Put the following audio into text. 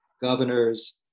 governors